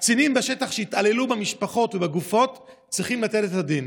הקצינים בשטח שהתעללו במשפחות ובגופות צריכים לתת את הדין.